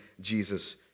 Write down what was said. Jesus